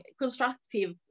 Constructive